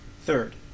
third